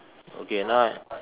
okay now I